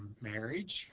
marriage